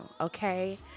Okay